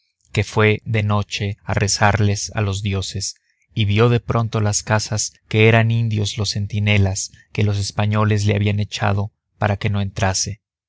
que fue de noche a rezarles a los dioses y vio de pronto las casas que eran indios los centinelas que los españoles le habían echado para que no entrase